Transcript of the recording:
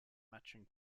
matching